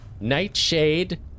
Nightshade